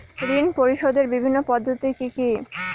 ঋণ পরিশোধের বিভিন্ন পদ্ধতি কি কি?